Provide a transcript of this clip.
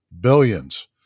billions